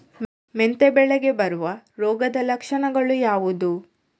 ಮೆಂತೆ ಬೆಳೆಗೆ ಬರುವ ರೋಗದ ಲಕ್ಷಣಗಳು ಯಾವುದು?